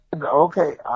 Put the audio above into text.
okay